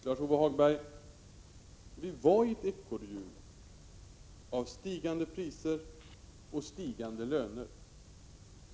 Herr talman! Vi har, Lars-Ove Hagberg, befunnit oss i ett ekorrhjul av stigande priser och stigande löner.